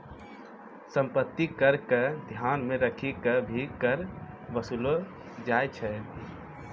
सम्पत्ति कर क ध्यान मे रखी क भी कर वसूललो जाय छै